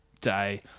day